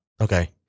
Okay